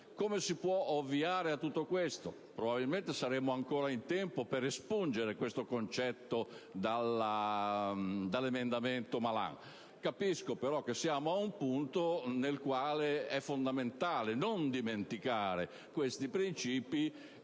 Per ovviare a tutto questo probabilmente saremmo ancora in tempo per espungere questo concetto dall'emendamento del senatore Malan. Ci troviamo ad un punto nel quale è fondamentale non dimenticare questi principi